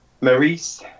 Maurice